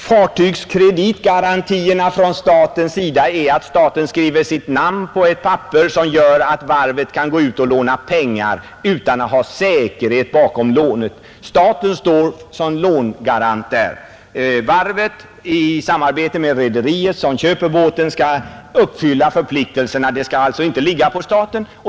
Fartygskreditgarantierna från statens sida består i att staten skriver under ett papper som gör att varvet kan låna pengar utan att ha säkerhet bakom lånet. Staten står som lånegarant. Varvet i samarbete med det rederi som köper båten skall uppfylla förpliktelserna. Dessa skall alltså inte ligga på staten.